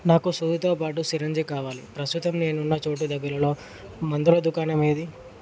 నాకు సూదితో పాటు సిరంజి కావాలి ప్రస్తుతం నేనున్న చోటుకు దగ్గరలో మందుల దుకాణం ఏది